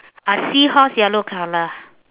a seahorse yellow colour